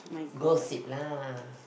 gossip lah